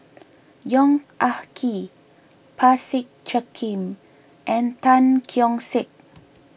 Yong Ah Kee Parsick Joaquim and Tan Keong Saik